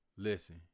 Listen